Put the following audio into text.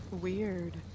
weird